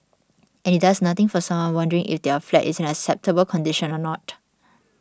and it does nothing for someone wondering if their flat is in acceptable condition or not